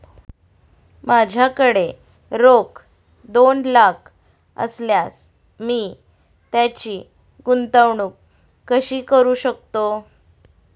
माझ्याकडे रोख दोन लाख असल्यास मी त्याची गुंतवणूक कशी करू शकतो?